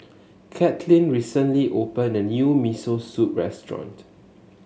Katlin recently open a new Miso Soup restaurant